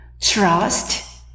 trust